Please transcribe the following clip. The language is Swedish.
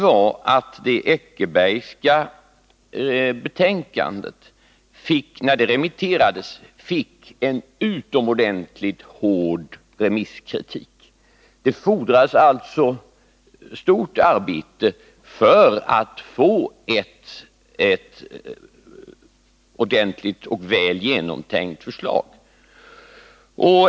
När det Eckerbergska betänkandet remitterades, fick det en oerhört hård remisskritik. Det fordrades alltså stort arbete för att få ett ordentligt och väl genomtänkt förslag.